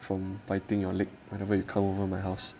from biting your leg whenever you come over my house